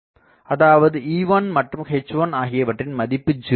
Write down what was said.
அதாவது E1 மற்றும் H1 ஆகியவற்றின் மதிப்பு 0 ஆகும்